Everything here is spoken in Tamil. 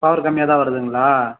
பவர் கம்மியாக தான் வருதுங்களா